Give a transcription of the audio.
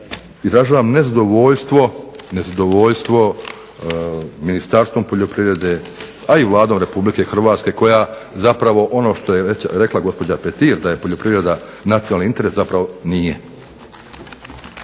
izražavam nezadovoljstvo Ministarstvom poljoprivrede, a i Vladom Republike Hrvatske koja zapravo ono što je već rekla gospođa Petir da je poljoprivreda nacionalni interes zapravo nije.